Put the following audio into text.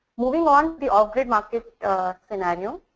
moving on, the off-grid market scenario,